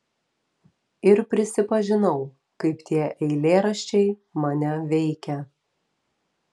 ir prisipažinau kaip tie eilėraščiai mane veikia